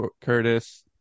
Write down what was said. Curtis